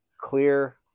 clear